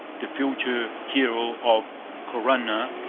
the future hero of corunna,